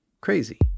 Crazy